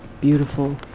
beautiful